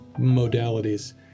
modalities